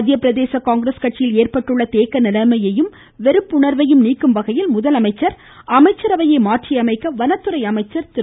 மத்திய பிரதேச காங்கிரஸ் கட்சியில் ஏற்பட்டுள்ள தேக்க நிலையையும் வெறுப்புணர்வையும் நீக்கும் வகையில் முதலமைச்சர் அமைச்சரவையை மாற்றியமைக்க வனத்துறை அமைச்சர் திரு